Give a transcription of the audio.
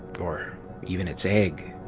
or even its egg?